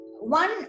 One